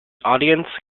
audience